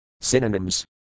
Synonyms